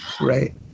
Right